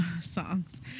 songs